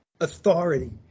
Authority